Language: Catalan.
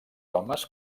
homes